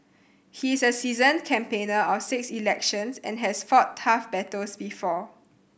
he is a seasoned campaigner of six elections and has fought tough battles before